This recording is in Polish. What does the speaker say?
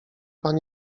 pan